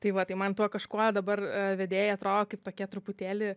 tai va tai man tuo kažkuo dabar vedėjai atrodo kaip tokie truputėlį